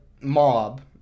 mob